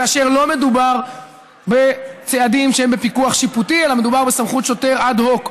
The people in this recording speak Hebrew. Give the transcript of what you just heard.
כאשר לא מדובר בצעדים שהם בפיקוח שיפוטי אלא מדובר בסמכות שוטר אד-הוק,